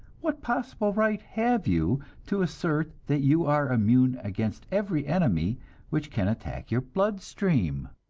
what possible right have you to assert that you are immune against every enemy which can attack your blood-stream?